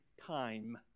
time